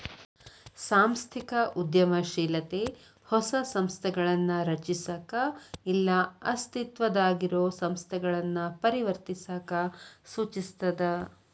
ಸಾಂಸ್ಥಿಕ ಉದ್ಯಮಶೇಲತೆ ಹೊಸ ಸಂಸ್ಥೆಗಳನ್ನ ರಚಿಸಕ ಇಲ್ಲಾ ಅಸ್ತಿತ್ವದಾಗಿರೊ ಸಂಸ್ಥೆಗಳನ್ನ ಪರಿವರ್ತಿಸಕ ಸೂಚಿಸ್ತದ